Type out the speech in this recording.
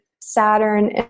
Saturn